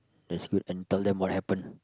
it's good and tell them what happen